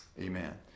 amen